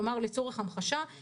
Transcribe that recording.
לצורך המחשה,